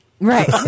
Right